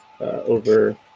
over